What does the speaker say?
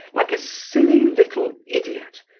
like a silly little idiot!